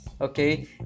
okay